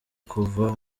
kuva